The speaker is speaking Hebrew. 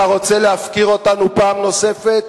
אתה רוצה להפקיר אותנו פעם נוספת?